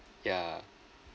yeah